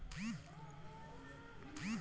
Lifebuoy से पाल्तू जानवर के नेहावल जा सकेला